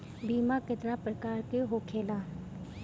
बीमा केतना प्रकार के होखे ला?